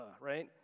right